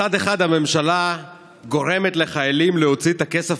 מצד אחד הממשלה גורמת לחיילים להוציא את הכסף